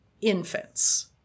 infants